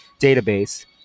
database